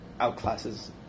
outclasses